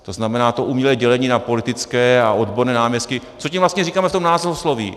To znamená, že to umělé dělení na politické a odborné náměstky co tím vlastně říkáme v tom názvosloví?